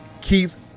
Keith